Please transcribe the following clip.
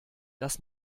dass